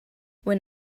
when